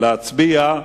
להצביע.